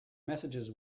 messages